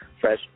fresh